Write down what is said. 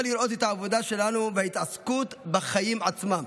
לראות את העבודה שלנו וההתעסקות בחיים עצמם,